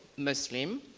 muslim.